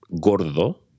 gordo